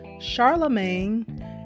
charlemagne